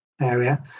area